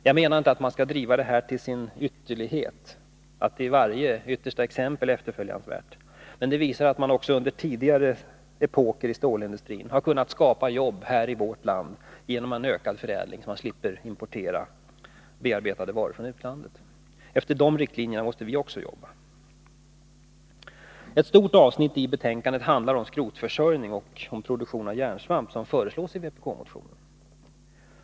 Jag menar inte att man skall driva detta till ytterlighet eller att det till varje pris är något efterföljansvärt, men det visar på att man också under andra epoker har kunnat skapa jobb inom stålindustrin i vårt land genom ökad förädling, så att man slapp importera bearbetade varor från utlandet. Efter dessa riktlinjer måste vi också jobba. Ett stort avsnitt i betänkandet handlar om skrotförsörjning och produktion av järnsvamp som föreslås i vpk-motionen.